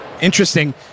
interesting